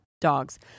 dogs